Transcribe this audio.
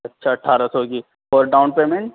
اچھا اٹھارہ سو کی اور ڈاؤن پیمنٹ